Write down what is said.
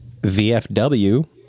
VFW